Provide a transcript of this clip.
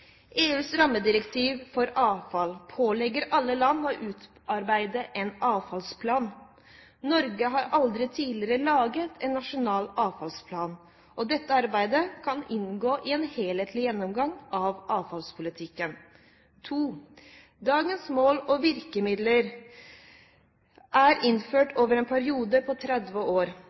avfallsplan. Norge har aldri tidligere laget en nasjonal avfallsplan, og dette arbeidet kan inngå i en helhetlig gjennomgang av avfallspolitikken. Punkt 2: Dagens mål og virkemidler er innført over en periode på 30 år.